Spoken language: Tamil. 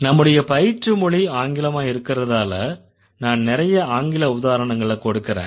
நம்முடைய பயிற்று மொழி ஆங்கிலமா இருக்கறதால நான் நிறைய ஆங்கில உதாரணங்களைக் கொடுக்கறேன்